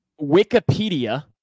Wikipedia